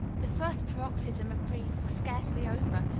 the first paroxysm of grief was scarcely over,